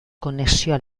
konexioa